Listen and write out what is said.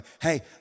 hey